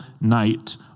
night